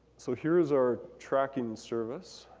so here's our tracking service.